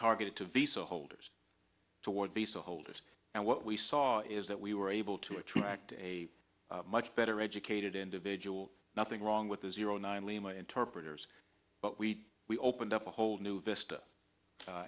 targeted to visa holders toward bisa holders and what we saw is that we were able to attract a much better educated individual nothing wrong with the zero nine lima interpreters but we we opened up a whole new vista